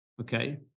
Okay